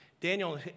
Daniel